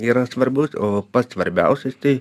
yra svarbus o pats svarbiausias tai